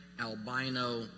albino